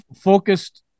focused